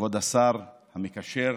כבוד השר המקשר,